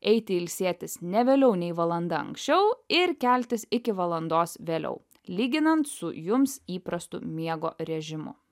eiti ilsėtis ne vėliau nei valanda anksčiau ir keltis iki valandos vėliau lyginant su jums įprastu miego režimu